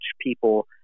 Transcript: people